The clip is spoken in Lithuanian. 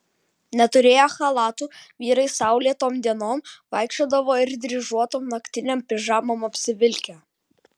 neturėję chalatų vyrai saulėtom dienom vaikščiodavo ir dryžuotom naktinėm pižamom apsivilkę